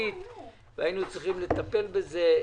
משפטית והיינו צריכים לטפל בזה.